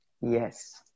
Yes